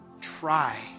try